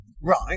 Right